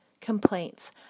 complaints